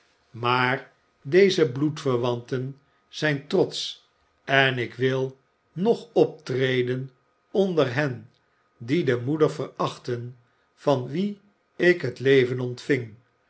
maar deze bloedverwanten zijn trotsch en ik wil noch optreden onder hen die de moeder verachten van wie ik het leven ontving